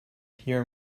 hear